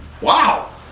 Wow